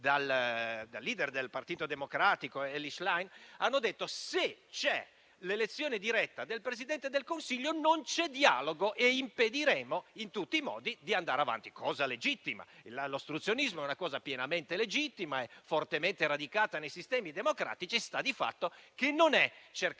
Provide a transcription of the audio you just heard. al *leader* del Partito Democratico, Elly Schlein, ha detto che, se c'è l'elezione diretta del Presidente del Consiglio, non c'è dialogo e impediranno in tutti i modi di andare avanti. È legittimo. L'ostruzionismo è una pratica pienamente legittima e fortemente radicata nei sistemi democratici. Sta di fatto, però, che non è cercare